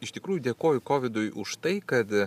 iš tikrųjų dėkoju kovidui už tai kad